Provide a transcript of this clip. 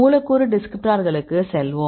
மூலக்கூறு டிஸ்கிரிப்ட்டார்களுக்கு செல்வோம்